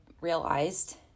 realized